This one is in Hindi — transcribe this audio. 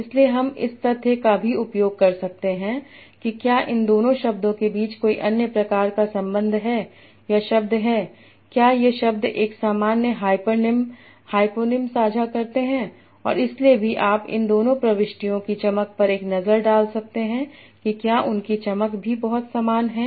इसलिए हम इस तथ्य का भी उपयोग कर सकते हैं कि क्या इन दोनों शब्दों के बीच कोई अन्य प्रकार का संबंध है या शब्द हैं क्या ये शब्द एक सामान्य हाइपरनम हाइपोनिम साझा करते हैं और इसलिए भी आप इन दोनों प्रविष्टियों की चमक पर एक नज़र डाल सकते हैं कि क्या उनकी चमक भी बहुत समान हैं